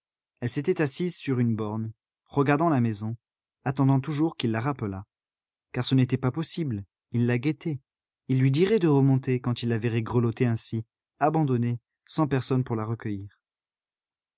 elle s'était assise sur une borne regardant la maison attendant toujours qu'il la rappelât car ce n'était pas possible il la guettait il lui dirait de remonter quand il la verrait grelotter ainsi abandonnée sans personne pour la recueillir